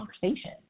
conversation